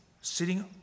sitting